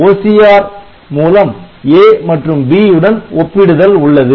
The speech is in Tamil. OCR மூலம் A மற்றும் B உடன் ஒப்பிடுதல் உள்ளது